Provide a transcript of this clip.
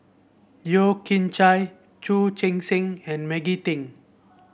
Yeo Kian Chye Chu Chee Seng and Maggie Teng